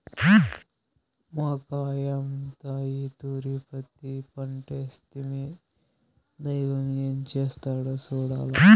మాకయ్యంతా ఈ తూరి పత్తి పంటేస్తిమి, దైవం ఏం చేస్తాడో సూడాల్ల